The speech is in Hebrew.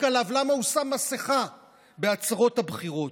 עליו למה הוא שם מסכה בעצרות הבחירות.